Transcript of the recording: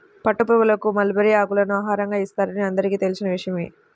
పట్టుపురుగులకు మల్బరీ ఆకులను ఆహారం ఇస్తారని అందరికీ తెలిసిన విషయమే